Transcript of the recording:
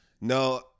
no